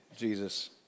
Jesus